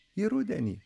į rudenį